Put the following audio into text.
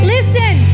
Listen